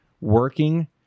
working